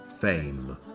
fame